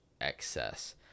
excess